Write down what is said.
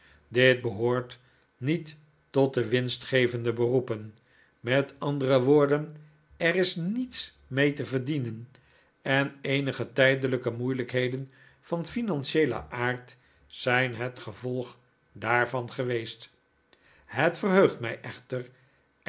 dit behoort niet tot de winstgevende beroepen met andere woorden er is niets mee te verdienen en eenige tijdelijke moeilijkheden van financieelen aard zijn het gevolg daarvan geweest het verheugt mij echter